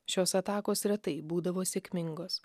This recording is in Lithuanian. šios atakos retai būdavo sėkmingos